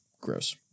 gross